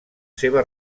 seva